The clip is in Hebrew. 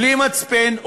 בלי מצפן,